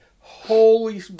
Holy